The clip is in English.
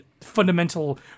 fundamental